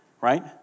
Right